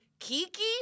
Kiki